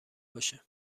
باشه